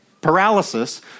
paralysis